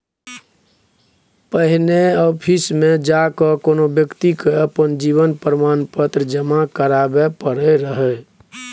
पहिने आफिसमे जा कए कोनो बेकती के अपन जीवन प्रमाण पत्र जमा कराबै परै रहय